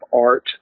Art